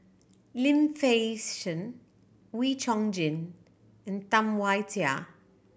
Lim Fei Shen Wee Chong Jin and Tam Wai Jia